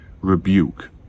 rebuke